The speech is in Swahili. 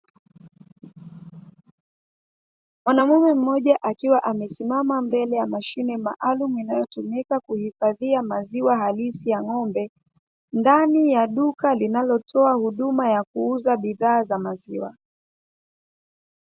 Mwanamume mmoja akiwa amesimama mbele ya mashine maalumu inayotumika kuhifadhia maziwa halisi ya ng'ombe, ndani ya duka linalotoa huduma ya kuuza bidhaa za maziwa.